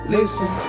Listen